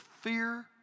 fear